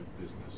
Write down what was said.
business